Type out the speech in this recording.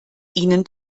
ihnen